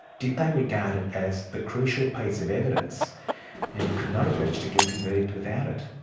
did they regard it as the crucial piece of evidence and could not have reached a guilty verdict without it?